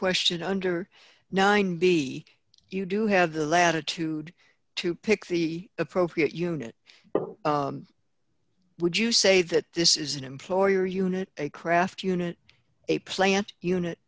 question under nine b you do have the latitude to pick the appropriate unit but would you say that this is an employer unit a craft unit a plant unit